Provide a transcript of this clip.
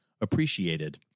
appreciated